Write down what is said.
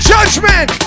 Judgment